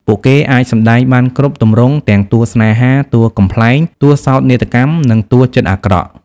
ពួកគេអាចសម្តែងបានគ្រប់ទម្រង់ ទាំងតួស្នេហា តួកំប្លែង តួសោកនាដកម្ម និងតួចិត្តអាក្រក់។